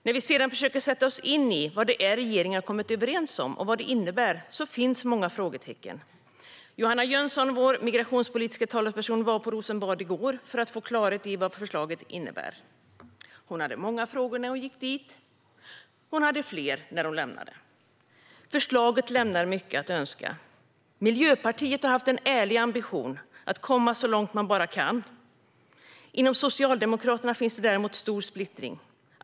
När vi sedan försöker sätta oss in i vad det är regeringen har kommit överens om och vad det innebär ser vi att det finns många frågetecken. Johanna Jönsson, vår migrationspolitiska talesperson, var på Rosenbad i går för att få klarhet i vad förslaget innebär. Hon hade många frågor när hon gick dit och fler när hon lämnade. Förslaget lämnar mycket att önska. Miljöpartiet har haft en ärlig ambition att komma så långt man kan. Inom Socialdemokraterna råder däremot stor splittring.